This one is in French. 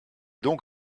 donc